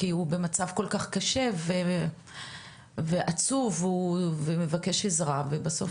כי הוא במצב כל כך קשה ועצוב והוא מבקש עזרה ולבסוף